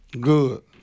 Good